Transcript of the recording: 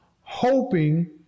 hoping